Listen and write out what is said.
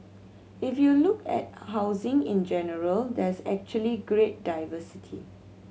if you look at housing in general there's actually great diversity